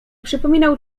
przypominał